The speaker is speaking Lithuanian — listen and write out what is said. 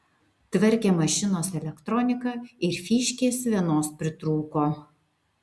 tvarkėm mašinos elektroniką ir fyškės vienos pritrūko